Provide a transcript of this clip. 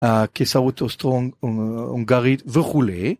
כסאוטוסטרונג הונגרית, וכולי.